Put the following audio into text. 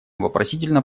вопросительно